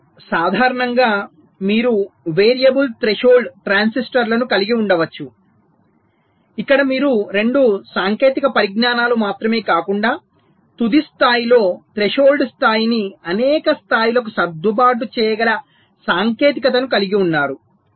మరియు సాధారణంగా మీరు వేరియబుల్ థ్రెషోల్డ్ ట్రాన్సిస్టర్లను కలిగి ఉండవచ్చు ఇక్కడ మీరు రెండు సాంకేతిక పరిజ్ఞానాలు మాత్రమే కాకుండా తుది స్థాయిలో త్రెషోల్డ్ స్థాయిని అనేక స్థాయిలకు సర్దుబాటు చేయగల సాంకేతికతను కలిగి ఉన్నారు